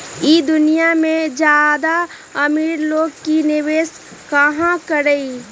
ई दुनिया में ज्यादा अमीर लोग ही निवेस काहे करई?